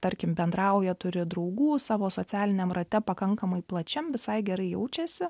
tarkim bendrauja turi draugų savo socialiniam rate pakankamai plačiam visai gerai jaučiasi